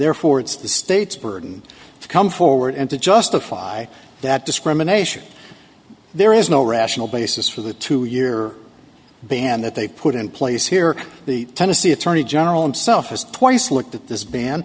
therefore it's the state's burden to come forward and to justify that discrimination there is no rational basis for the two year ban that they put in place here the tennessee attorney general himself has twice looked at this ban